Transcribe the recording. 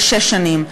לשש שנים.